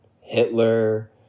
Hitler